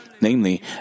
Namely